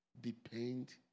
depend